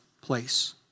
place